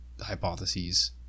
hypotheses